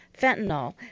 fentanyl